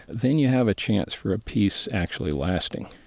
then you have a chance for a peace actually lasting,